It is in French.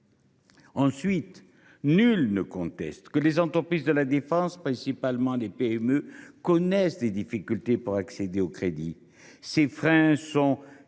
Ensuite, nul ne conteste que les entreprises de la défense, principalement les PME, connaissent des difficultés d’accès au crédit. Ces freins sont liés